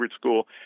School